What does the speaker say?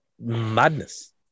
madness